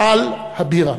על הבירה.